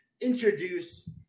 introduce